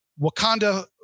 Wakanda